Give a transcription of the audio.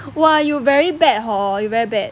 !wah! you very bad hor you very bad